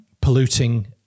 polluting